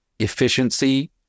efficiency